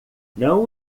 não